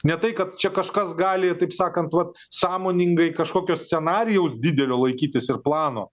ne tai kad čia kažkas gali taip sakant vat sąmoningai kažkokio scenarijaus didelio laikytis ir plano